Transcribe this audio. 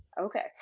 Okay